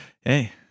hey